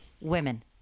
women